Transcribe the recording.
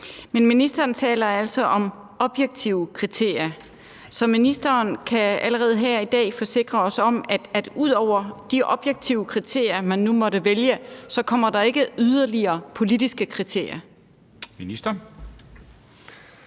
ministeren taler altså om objektive kriterier. Så ministeren kan allerede her i dag forsikre os om, at der ud over de objektive kriterier, man nu måtte vælge, så ikke kommer yderligere politiske kriterier? Kl.